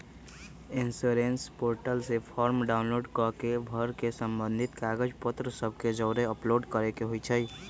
insurance portal से form download कऽ के भर के संबंधित कागज पत्र सभ के जौरे अपलोड करेके होइ छइ